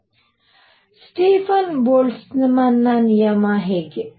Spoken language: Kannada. ಸ್ಟೀಫನ್ ಬೋಲ್ಟ್ಜ್ಮನ್ ನಿಯಮ ಹೇಗೆ